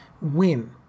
win